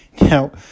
Now